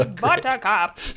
Buttercup